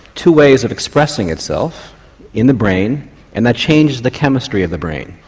two ways of expressing itself in the brain and that changes the chemistry of the brain.